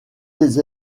des